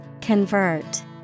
Convert